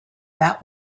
that